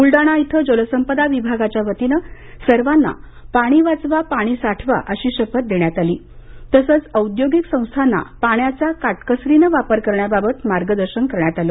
ब्लडाणा इथे जलसंपदा विभागाच्या वतीने सर्वांना पाणी वाचवा पाणी साठवा अशी शपथ देण्यात आली तसेच औद्योगिक संस्थांना पाण्याचा काटकसरीनं वापर करण्याबाबत मार्गदर्शन करण्यात आले